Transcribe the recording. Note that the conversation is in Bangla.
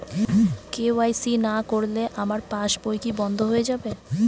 কে.ওয়াই.সি না করলে আমার পাশ বই কি বন্ধ হয়ে যাবে?